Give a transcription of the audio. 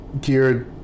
geared